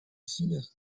усилиях